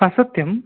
सत्यं